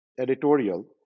editorial